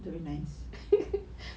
very nice